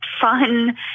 fun